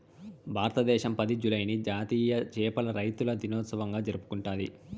భారతదేశం పది, జూలైని జాతీయ చేపల రైతుల దినోత్సవంగా జరుపుకుంటాది